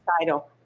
title